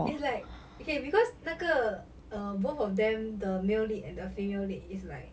it's like okay because 那个 uh both of them the male lead and the female lead is like